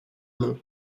mons